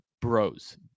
bros